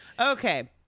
Okay